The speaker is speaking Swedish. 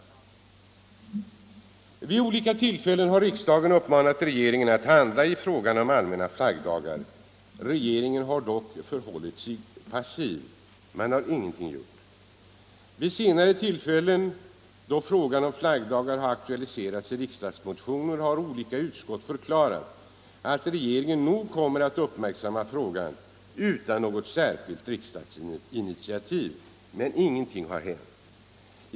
förteckning över Vid olika tillfällen har riksdagen uppmanat regeringen att handla i — allmänna flaggdafrågan om allmänna flaggdagar. Regeringen har dock förhållit sig passiv. — gar Man har ingenting gjort. Vid senare tillfällen då frågan om flaggdagar har aktualiserats i riksdagsmotioner har olika utskott förklarat att regeringen nog kommer att uppmärksamma frågan utan något särskilt riksdagsinitiativ. Men ingenting har hänt.